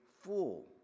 fool